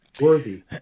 worthy